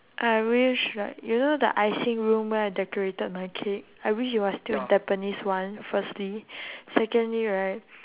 I wish right you know the icing room where I decorated my cake I wish it was still at tampines one firstly secondly right